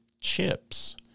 chips